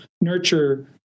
nurture